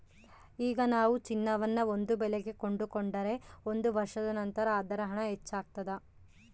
ಈಗ ನಾವು ಚಿನ್ನವನ್ನು ಒಂದು ಬೆಲೆಗೆ ಕೊಂಡುಕೊಂಡರೆ ಒಂದು ವರ್ಷದ ನಂತರ ಅದರ ಹಣ ಹೆಚ್ಚಾಗ್ತಾದ